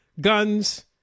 guns